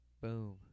boom